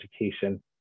education